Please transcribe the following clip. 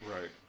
Right